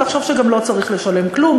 ולחשוב שגם לא צריך לשלם כלום,